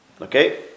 Okay